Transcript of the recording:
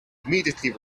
immediately